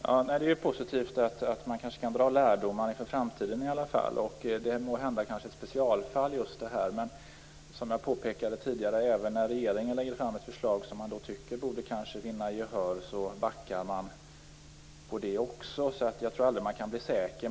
Herr talman! Det är positivt att man kanske kan dra lärdomar inför framtiden. Detta är måhända ett specialfall. Som jag påpekade tidigare backar man även när regeringen lägger fram ett förslag, vilket man kanske tycker borde vinna gehör. Jag tror aldrig att man kan bli säker.